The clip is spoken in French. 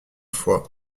fois